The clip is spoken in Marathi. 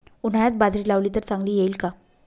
उन्हाळ्यात बाजरी लावली तर चांगली येईल का?